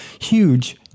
huge